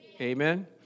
Amen